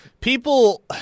people